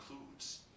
includes